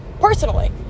personally